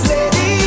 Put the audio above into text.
Lady